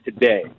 today